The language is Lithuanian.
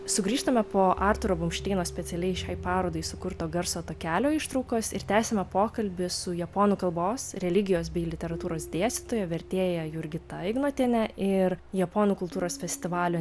sugrįžtame po artūro blumšteino specialiai šiai parodai sukurto garso takelio ištraukos ir tęsiame pokalbį su japonų kalbos religijos bei literatūros dėstytoja vertėja jurgita ignotiene ir japonų kultūros festivalio